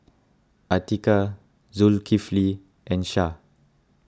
Atiqah Zulkifli and Syah